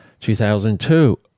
2002